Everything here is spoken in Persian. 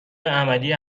عملی